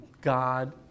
God